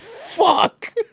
Fuck